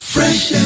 Fresh